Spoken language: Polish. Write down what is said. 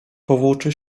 powłóczy